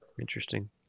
Interesting